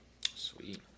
sweet